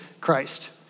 Christ